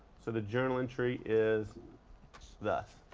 so the journal entry is that,